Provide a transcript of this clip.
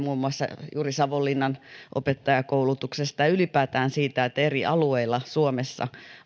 huolta muun muassa juuri savonlinnan opettajakoulutuksesta ja ylipäätään siitä että eri alueilla suomessa